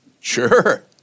sure